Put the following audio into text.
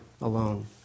alone